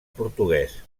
portuguès